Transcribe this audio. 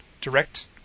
direct